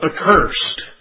accursed